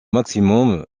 maximum